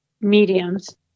mediums